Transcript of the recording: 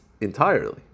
entirely